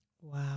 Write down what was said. Wow